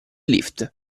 lift